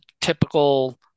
typical